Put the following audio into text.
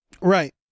Right